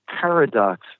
paradox